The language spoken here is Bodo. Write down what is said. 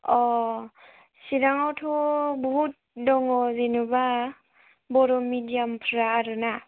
अ चिराङावथ' बहुद दङ जेनेबा बर' मिडियामफोरा आरोना